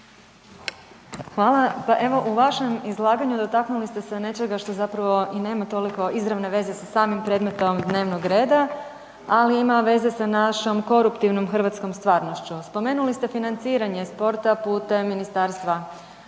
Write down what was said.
Hvala, pa evo u vašem izlaganju dotaknuli ste se nečega što zapravo i nema toliko izravne veze sa samim predmetom dnevnog reda, ali ima veze sa našom koruptivnom hrvatskom stvarnošću. Spomenuli ste financiranje sporta putem ministarstva